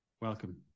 Welcome